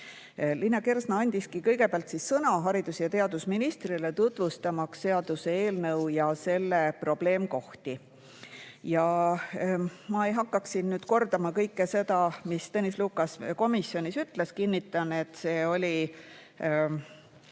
Liina Kersna andiski kõigepealt sõna haridus- ja teadusministrile, tutvustamaks seaduseelnõu ja selle probleemkohti. Ma ei hakka siin kordama kõike seda, mis Tõnis Lukas komisjonis ütles. Kinnitan, et see oli